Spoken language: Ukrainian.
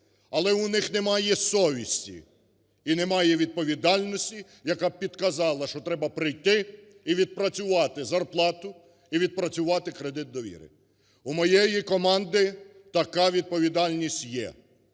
Але у них немає совісті і немає відповідальності, яка б підказала, що треба прийти і відпрацювати зарплату і відпрацювати кредит довіри. У моєї команди така відповідальність є.